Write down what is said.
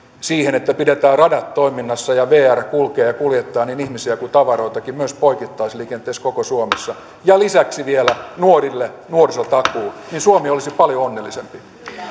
siihen että pidetään radat toiminnassa ja vr kulkee ja kuljettaa niin ihmisiä kuin tavaroitakin myös poikittaisliikenteessä koko suomessa ja lisäksi vielä nuorille nuorisotakuu niin suomi olisi paljon onnellisempi